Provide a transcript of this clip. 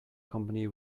company